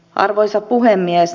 arvoisa puhemies